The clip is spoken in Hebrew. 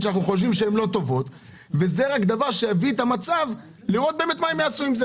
שאנחנו חושבים שהן לא טובות ונראה מה הם יעשו עם זה.